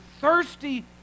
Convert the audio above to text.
thirsty